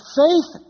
faith